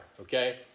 okay